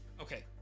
okay